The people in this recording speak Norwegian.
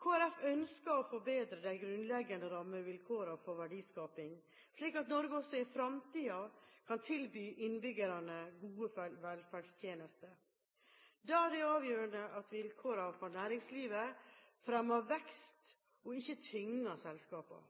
Folkeparti ønsker å forbedre de grunnleggende rammevilkårene for verdiskaping, slik at Norge også i fremtiden kan tilby innbyggerne gode velferdstjenester. Da er det avgjørende at vilkårene for næringslivet fremmer vekst og ikke tynger selskapene.